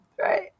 right